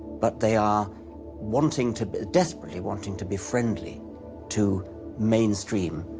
but they are wanting to desperately wanting to be friendly to mainstream,